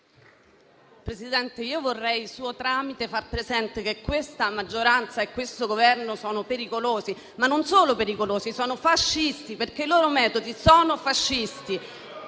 Presidente, io vorrei suo tramite far presente che questa maggioranza e questo Governo sono pericolosi: ma non solo pericolosi, sono fascisti, perché i loro metodi sono fascisti.